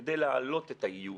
כדי להעלות את האיוש,